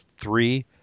three